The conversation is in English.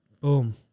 Boom